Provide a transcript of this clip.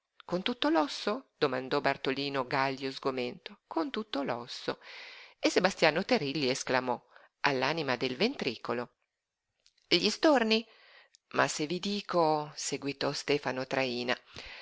con tutto l'osso domandò bartolino gaglio sgomento con tutto l'osso e sebastiano terilli esclamò all'anima del ventricolo gli storni ma se vi dico seguitò stefano traína